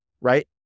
right